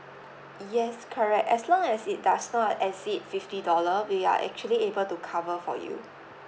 yes correct as long as it does not exceed fifty dollar we are actually able to cover for you